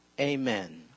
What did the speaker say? Amen